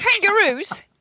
Kangaroos